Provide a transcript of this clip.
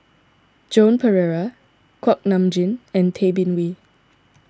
Joan Pereira Kuak Nam Jin and Tay Bin Wee